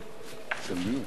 אדוני יזכור שגם הוא